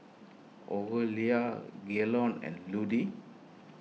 Orelia Gaylon and Ludie